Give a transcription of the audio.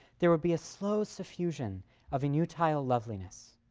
there would be a slow suffusion of inutile loveliness,